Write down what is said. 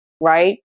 right